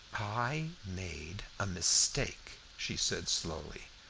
i made a mistake, she said slowly.